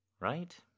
Right